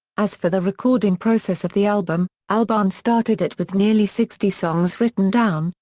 as for the recording process of the album, albarn started it with nearly sixty songs written down,